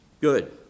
Good